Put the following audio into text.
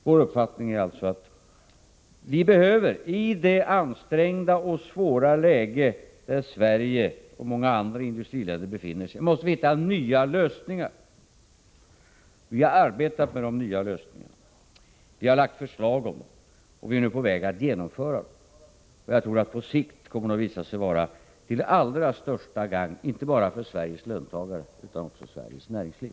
Vår uppfattning är att i det ansträngda och svåra läge där Sverige och många andra industriländer befinner sig måste vi hitta nya lösningar. Vi har arbetat med de nya lösningarna. Vi har framlagt förslag och är på väg att genomföra dem. Jag tror att på sikt kommer det att visa sig vara av allra största gagn inte bara för Sveriges löntagare utan också för Sveriges näringsliv.